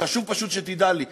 חשוב פשוט שתדע את זה.